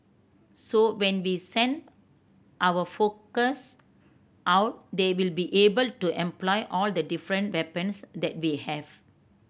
so when we send our focus out they will be able to employ all the different weapons that we have